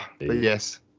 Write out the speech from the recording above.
yes